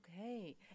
Okay